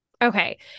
Okay